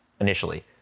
initially